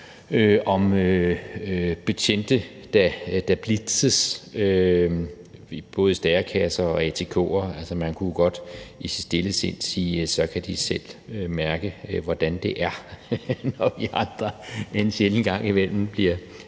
om betjente, der blitzes, både af stærekasser og atk'ere. Altså, man kunne jo godt i sit stille sind sige, at så kan de selv mærke, hvordan det er, når vi andre en sjælden gang imellem bliver